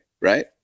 right